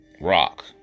Rock